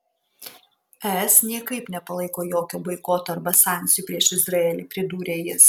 es niekaip nepalaiko jokio boikoto arba sankcijų prieš izraelį pridūrė jis